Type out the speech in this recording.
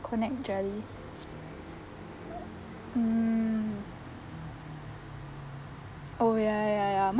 konjac jelly mm oh ya ya ya mine